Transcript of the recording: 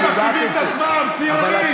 זה יוביל לצמצום המוכנות של צה"ל,